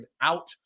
out